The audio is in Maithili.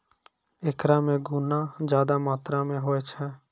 एकरा मे गुना ज्यादा मात्रा मे होय छै